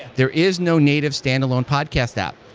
there is no native standalone podcast up.